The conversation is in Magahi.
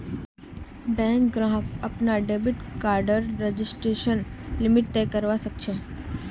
बैंक ग्राहक अपनार डेबिट कार्डर ट्रांजेक्शन लिमिट तय करवा सख छ